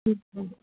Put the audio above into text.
ٹھیک ہے